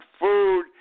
food